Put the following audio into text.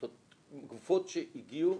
גופות שהגיעו,